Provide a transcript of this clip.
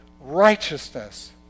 righteousness